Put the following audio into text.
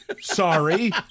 Sorry